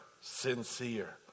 sincere